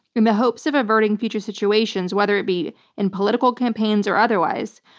in the hopes of averting future situations, whether it be in political campaigns or otherwise.